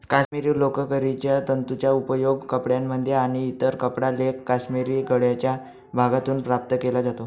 काश्मिरी लोकरीच्या तंतूंचा उपयोग कपड्यांमध्ये आणि इतर कपडा लेख काश्मिरी गळ्याच्या भागातून प्राप्त केला जातो